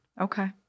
Okay